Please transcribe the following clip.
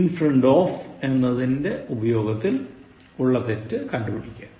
in front of എന്നതിന്റെ ഉപയോഗത്തിൽ ഉള്ള തെറ്റ് കണ്ടു പിടിക്കുക